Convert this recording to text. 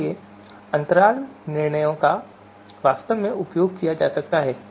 इसलिए अंतराल निर्णयों का वास्तव में उपयोग किया जा सकता है